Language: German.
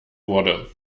wurde